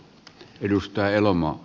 arvoisa puhemies